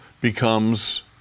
becomes